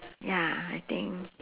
ya I think